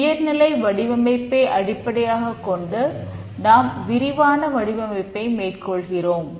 உயர்நிலை வடிவமைப்பை அடிப்படையாகக் கொண்டு நாம் விரிவான வடிவமைப்பை மேற்கொள்கிறோம்